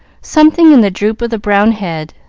something in the droop of the brown head,